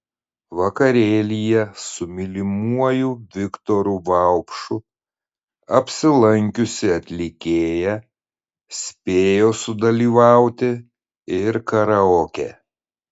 vakarėlyje su mylimuoju viktoru vaupšu apsilankiusi atlikėja spėjo sudalyvauti ir karaoke